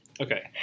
Okay